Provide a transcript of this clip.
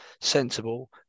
sensible